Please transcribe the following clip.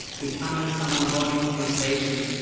becoming someone joining conversations,